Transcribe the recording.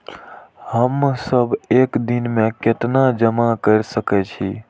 हम सब एक दिन में केतना जमा कर सके छी?